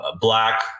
black